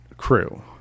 crew